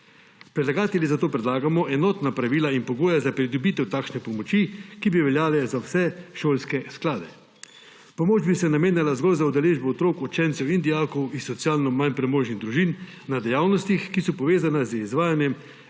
Predlagatelji, zato predlagamo enotna pravila in pogoje za pridobitev takšne pomoči, ki bi veljale za vse šolske sklade. Pomoč bi se namenjala zgolj za udeležbo otrok, učencev in dijakov iz socialno manj premožnih družin na dejavnostih, ki so povezane z izvajanjem